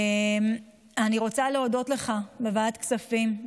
אני רוצה להודות לך, לוועדת הכספים.